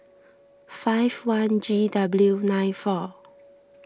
five one G W nine four